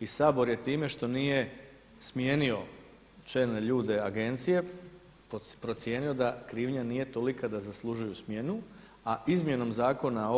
I Sabor je time što nije smijenio čelne ljude Agencije procijenio da krivnja nije tolika da zaslužuju smjenu, a izmjenom Zakona